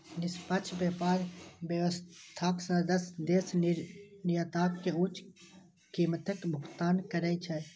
निष्पक्ष व्यापार व्यवस्थाक सदस्य देश निर्यातक कें उच्च कीमतक भुगतान करै छै